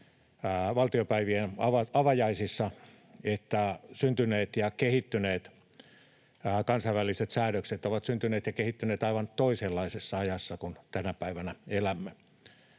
valtiopäivien avajaisissa, että syntyneet ja kehittyneet kansainväliset säädökset ovat syntyneet ja kehittyneet aivan toisenlaisessa ajassa kuin missä tänä päivänä elämme.